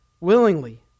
willingly